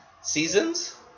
seasons